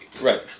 Right